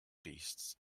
beasts